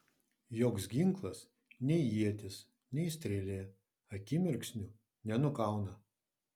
joks ginklas nei ietis nei strėlė akimirksniu nenukauna